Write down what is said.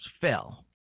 fell